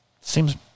Seems